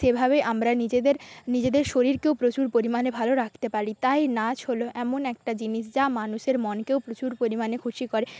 সেভাবেই আমরা নিজেদের নিজেদের শরীরকেও প্রচুর পরিমাণে ভালো রাখতে পারি তাই নাচ হল এমন একটা জিনিস যা মানুষের মনকেও প্রচুর পরিমাণে খুশি করে